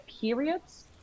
periods